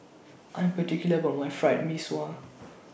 I'm particular about My Fried Mee Sua